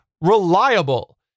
reliable